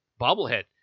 bobblehead